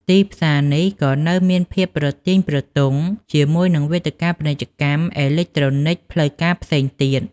ទីផ្សារនេះក៏នៅមានភាពប្រទាញប្រទង់ជាមួយនឹងវេទិកាពាណិជ្ជកម្មអេឡិចត្រូនិកផ្លូវការផ្សេងទៀត។